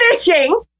fishing